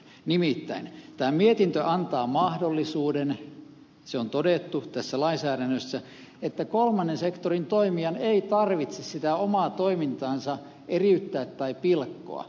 nimittäin tämä mietintö antaa mahdollisuuden se on todettu tässä lainsäädännössä että kolmannen sektorin toimijan ei tarvitse sitä omaa toimintaansa eriyttää tai pilkkoa